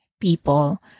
people